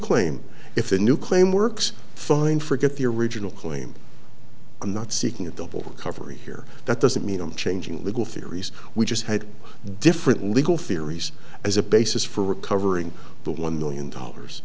claim if the new claim works fine for get the original claim i'm not seeking a double recovery here that doesn't mean i'm changing legal theories we just had different legal theories as a basis for recovering the one million dollars